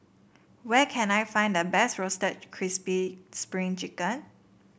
where can I find the best Roasted Crispy Spring Chicken